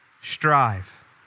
strive